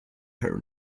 her